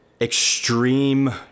extreme